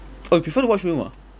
oh you prefer to watch film ah